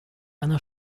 einer